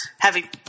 Heavy